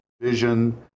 vision